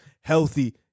healthy